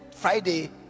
Friday